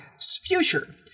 future